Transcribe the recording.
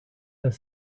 have